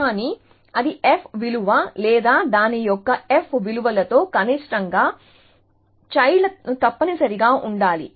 కాని అది ఎఫ్ విలువ లేదా దాని యొక్క ఎఫ్ విలువలలో కనిష్టంగా పిల్లలు తప్పనిసరిగా ఉండాలి